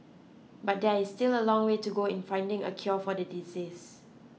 but there is still a long way to go in finding a cure for the disease